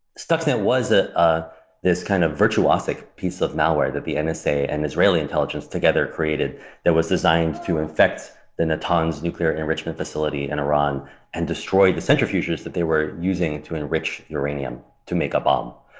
stuxnet was ah ah this kind of virtuosic piece of malware that the and nsa and israeli intelligence together created that was designed to infect the natanz nuclear enrichment facility in iran and destroy the centrifuges that they were using to enrich uranium to make a bomb.